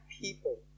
people